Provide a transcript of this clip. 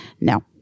No